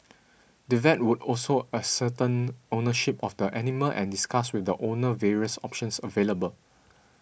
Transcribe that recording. the vet would also ascertain ownership of the animal and discuss with the owner various options available